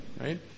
right